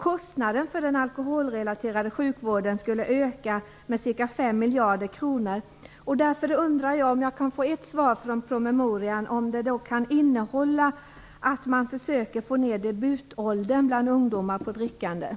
Kostnaden för den alkoholrelaterade sjukvården skulle öka med ca 5 miljarder kronor. Jag undrar om den promemoria som statsrådet talar om kan innehålla något om att man försöker få ner debutåldern för drickande bland ungdomar.